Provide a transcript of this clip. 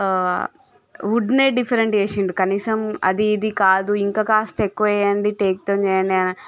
ఆ వుడ్నే డిఫరెంట్ చేసిండు కనిసం అది ఇది కాదు ఇంక కాస్త ఎక్కువ వెయ్యండి టేకుతోని చెయ్యండి